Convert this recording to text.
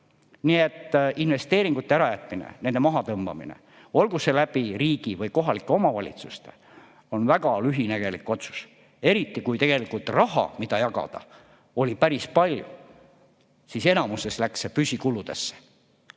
Nii et investeeringute ärajätmine, nende mahatõmbamine, olgu riigi või kohalike omavalitsuste puhul, on väga lühinägelik otsus. Eriti, kui raha, mida jagada, oli päris palju, aga enamuses läks see püsikuludesse.